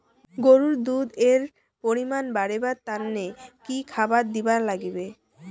গরুর দুধ এর পরিমাণ বারেবার তানে কি খাবার দিবার লাগবে?